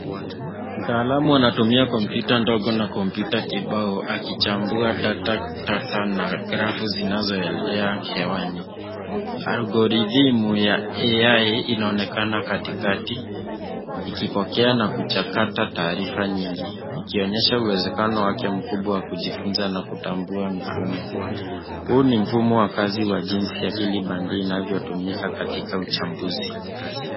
Mtaalamu anatumia kompyuta dogo na kompyuta na kibao akichambua data tata na kirafu zinazo elea hewani, algorithimu ya AI inaonekana katikati ikipokea na kuchakata taarifa nyingi ikionyesha uwezekano wake mkubwa wa kujifunza na kutambua mifumo. Huu ni mfumo wa kazi jinsi ya akili bandia inavyotumika katika uchambuzi.